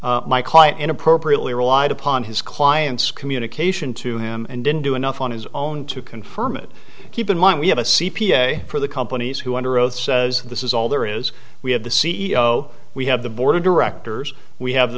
that my client in appropriately relied upon his client's communication to him and didn't do enough on his own to confirm it keep in mind we have a c p a for the companies who under oath says this is all there is we have the c e o we have the board of directors we have